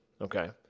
Okay